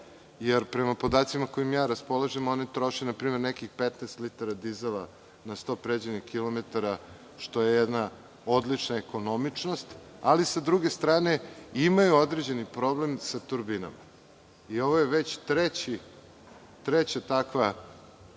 jer prema podacima kojima ja raspolažem, one troše npr. nekih 15 litara dizela na 100 pređenih kilometara, što je jedna odlična ekonomičnost, ali sa druge strane imaju određeni problem sa turbinama. Ovo je već treća takva